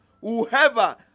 Whoever